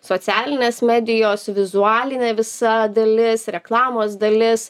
socialinės medijos vizualinė visa dalis reklamos dalis